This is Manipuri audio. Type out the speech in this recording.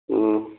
ꯎꯝ